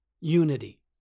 unity